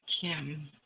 Kim